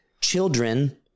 children